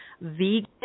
vegan